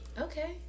okay